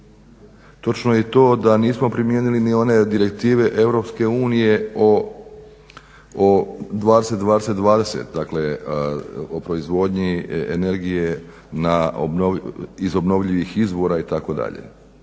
Točno je i to da nismo primijenili ni one direktive EU o 20/20/20 – dakle o proizvodnji energije iz obnovljivih izvora itd.